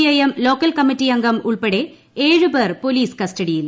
I M local committee അംഗം ഉൾപ്പെടെ ഏഴ് പേർ പോലീസ് കസ്റ്റഡിയിൽ